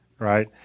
Right